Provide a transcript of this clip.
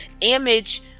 image